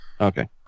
Okay